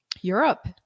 Europe